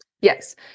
yes